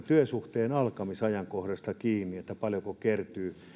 työsuhteen alkamisajankohdasta kiinni paljonko kertyy